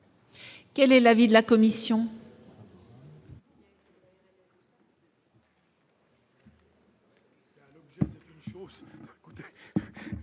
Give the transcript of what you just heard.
Quel est l'avis de la commission ?